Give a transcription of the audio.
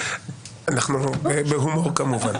אנחנו בהומור, כמובן.